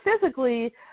physically